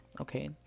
okay